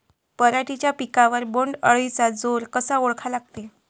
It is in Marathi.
पराटीच्या पिकावर बोण्ड अळीचा जोर कसा ओळखा लागते?